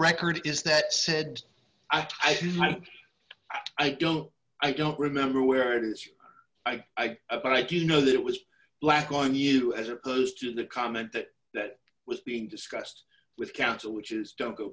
record is that said i didn't i don't i don't remember where it is i but i do know that it was black on you as opposed to the comment that that was being discussed with council which is don't go